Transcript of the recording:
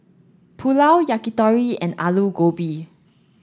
Pulao Yakitori and Alu Gobi